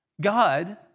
God